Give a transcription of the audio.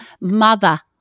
mother